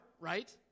right